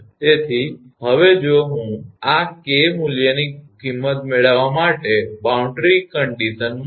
તેથી હવે જો હું આ 𝐾 મૂલ્યની કિંમત મેળવવા માટે બાઉન્ડ્રી શરત મૂકીશ